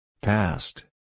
past